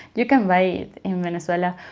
you can buy it in venezuela,